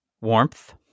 Warmth